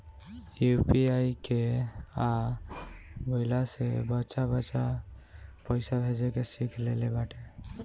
UPI के आ गईला से बच्चा बच्चा पईसा भेजे के सिख लेले बाटे